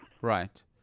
Right